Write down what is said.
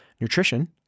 Nutrition